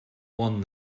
one